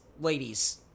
ladies